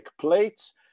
plates